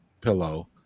pillow